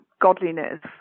godliness